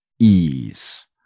ease